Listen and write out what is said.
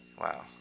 Wow